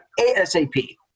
ASAP